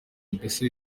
mbese